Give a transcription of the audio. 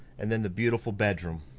and then the beautiful bedroom.